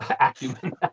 acumen